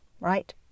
right